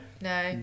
No